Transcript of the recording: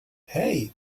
hei